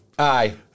Aye